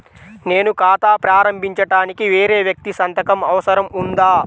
నేను ఖాతా ప్రారంభించటానికి వేరే వ్యక్తి సంతకం అవసరం ఉందా?